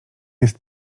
jest